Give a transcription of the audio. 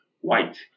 white